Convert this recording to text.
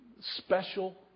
special